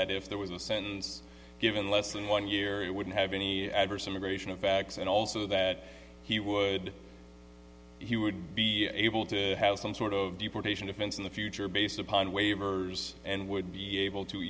that if there was a sentence given less than one year he wouldn't have any adverse immigration of facts and also that he would he would be able to have some sort of deportation offense in the future based upon waivers and would be able to